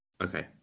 Okay